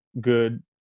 good